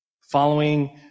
following